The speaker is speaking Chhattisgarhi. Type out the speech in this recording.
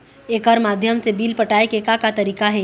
एकर माध्यम से बिल पटाए के का का तरीका हे?